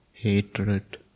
hatred